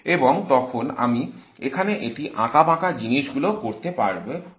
এবং তখন আমি এখানে এই আঁকাবাঁকা জিনিসগুলো করতে পারব না